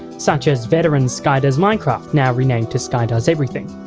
such as veteran skydoesminecraft, now renamed to skydoeseverything.